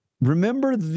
Remember